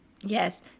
Yes